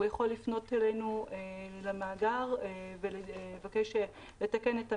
הוא יכול לפנות אלינו למאגר ולבקש לתקן את המידע.